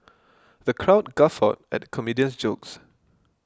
the crowd guffawed at comedian's jokes